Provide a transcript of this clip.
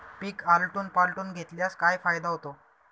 पीक आलटून पालटून घेतल्यास काय फायदा होतो?